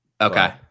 Okay